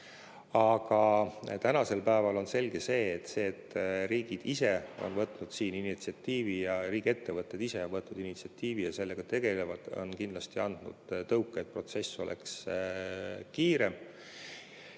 Aga tänasel päeval on selge, et see, et riigid ise on võtnud initsiatiivi ja riigiettevõtted ise on võtnud initsiatiivi ja sellega tegelevad, on kindlasti andnud tõuke, et protsess oleks kiirem.